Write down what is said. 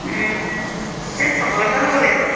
চবলৈকে যাব লাগিব